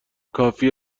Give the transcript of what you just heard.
کافی